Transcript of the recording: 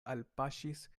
alpaŝis